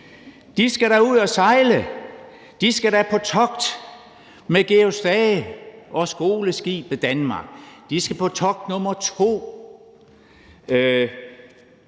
de skal da ud at sejle; de skal da på togt med »Georg Stage« og »Skoleskibet Danmark«; de skal på togt nummer to.